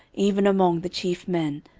even among the chief men,